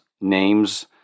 names